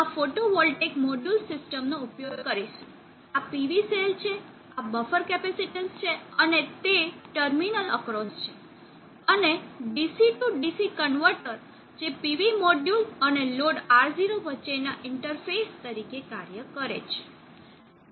અમે આ photovoltaic module system નો ઉપયોગ કરીશું આ પીવી સેલ છે આ બફર કેપેસિટીન્સ છે અને તે ટર્મિનલ એક્રોસ છે અને DC to DC કન્વર્ટર જે પીવી મોડ્યુલ અને લોડ R0 વચ્ચેના ઇન્ટરફેસ તરીકે કાર્ય કરે છે